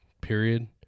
period